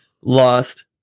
lost